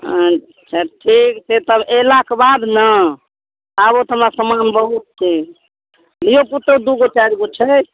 हँ तब ठीक छै तऽ एलाक बाद ने आबौथ ने समान बहुत छै धियोपुतो दू गो चारि गो छै